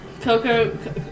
Coco